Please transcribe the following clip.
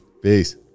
Peace